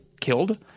killed